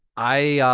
i